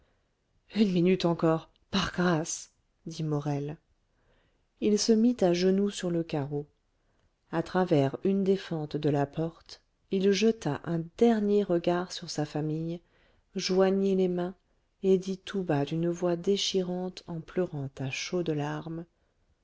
une minute encore par grâce dit morel il se mit à genoux sur le carreau à travers une des fentes de la porte il jeta un dernier regard sur sa famille joignit les mains et dit tout bas d'une voix déchirante en pleurant à chaudes larmes